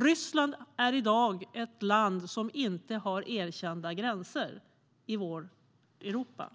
Ryssland är i dag ett land som inte har erkända gränser i vårt Europa.